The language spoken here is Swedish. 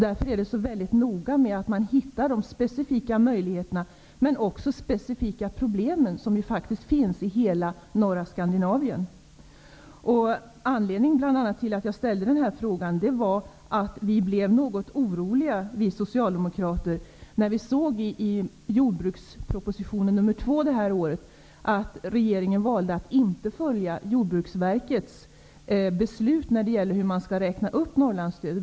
Det är noga med att hitta de specifika möjligheter men också specifika problem som faktiskt finns i hela norra Skandinavien. En av anledningarna till att jag ställde min fråga var att vi socialdemokrater blev något oroliga när vi i årets proposition nr 2 om jordbrukspolitiken såg att regeringen inte valde att följa Jordbruksverkets förslag till uppräkning av Norrlandsstödet.